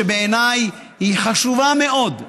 שבעיניי היא חשובה מאוד,